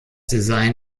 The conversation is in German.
design